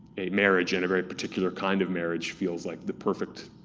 a marriage, and a very particular kind of marriage feels like the perfect